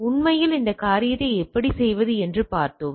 எனவே உண்மையில் இந்த காரியத்தை எப்படி செய்வது என்று பார்த்தோம்